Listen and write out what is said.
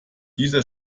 dieser